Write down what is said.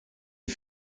des